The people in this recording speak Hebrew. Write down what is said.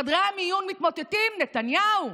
חדרי המיון מתמוטטים, נתניהו.